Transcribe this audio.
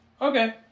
okay